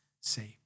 saved